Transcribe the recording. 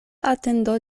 atendo